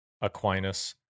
Aquinas